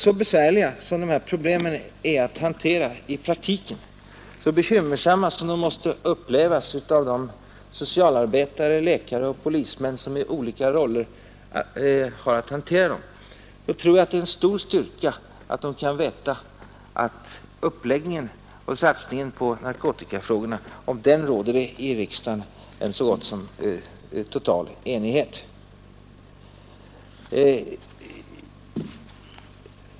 Så besvärliga som dessa problem är att hantera i praktiken, så bekymmersamma som de måste upplevas av socialarbetare, läkare och polismän som i olika roller har att hantera dem, tror jag att det är en stor styrka att dessa människor kan veta att om uppläggningen av satsningen på narkotikafrågorna råder det i riksdagen en så gott som total enighet.